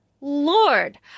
lord